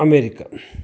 America